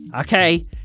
okay